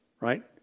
Right